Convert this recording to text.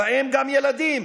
ובהם גם ילדים.